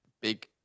big